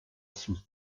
sus